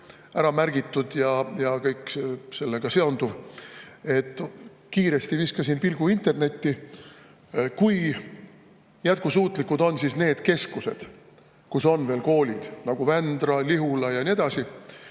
ära märgitud ja kõik sellega seonduv. Viskasin siis kiiresti pilgu internetti, kui jätkusuutlikud on need keskused, kus on veel kool – Vändra, Lihula ja nii edasi.